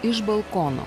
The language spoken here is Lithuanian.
iš balkono